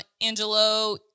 Angelo